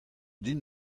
din